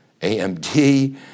AMD